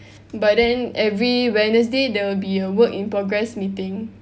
but then every Wednesday there will be a work in progress meeting